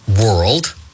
world